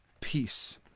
peace